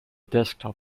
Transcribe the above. desktop